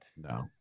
No